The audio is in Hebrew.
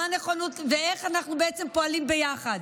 מה הנכונות ואיך אנחנו פועלים ביחד.